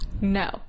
no